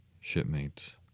Shipmates